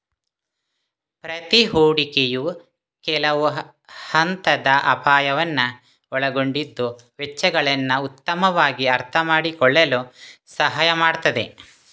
ಪ್ರತಿ ಹೂಡಿಕೆಯು ಕೆಲವು ಹಂತದ ಅಪಾಯವನ್ನ ಒಳಗೊಂಡಿದ್ದು ವೆಚ್ಚಗಳನ್ನ ಉತ್ತಮವಾಗಿ ಅರ್ಥಮಾಡಿಕೊಳ್ಳಲು ಸಹಾಯ ಮಾಡ್ತದೆ